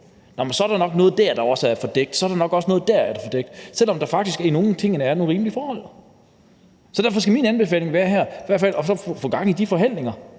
Jamen så er der nok noget dér, der også er fordækt, og så er der nok også noget dér, der er fordækt – selv om der faktisk i nogle af tingene er nogle rimelige forhold. Derfor skal min anbefaling her være i hvert fald at få gang i de forhandlinger,